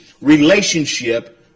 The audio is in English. relationship